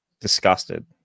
Disgusted